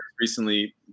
recently